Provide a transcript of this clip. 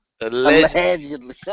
Allegedly